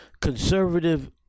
conservative